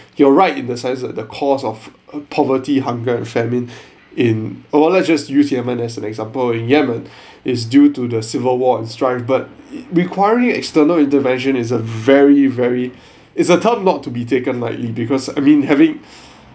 you are right in the sense that the cause of uh poverty hunger and famine in or let's just use yemen as an example in Yemen is due to the civil war and strife but requiring external intervention is a very very it's a term not to be taken lightly because I mean having